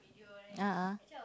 ah ah